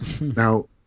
Now